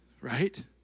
Right